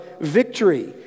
victory